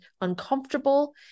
uncomfortable